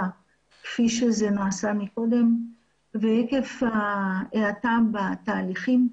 כפי שזה נעשה קודם ועקב ההאטה בתהליכים,